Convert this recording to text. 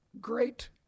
great